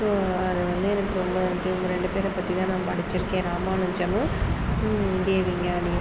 so அது வந்து எனக்கு ரொம்ப வந்து இவங்க ரெண்டு பேரை பற்றிதான் நான் படிச்சுருக்கேன் ராமானுஜமும் இந்திய விஞ்ஞானியும்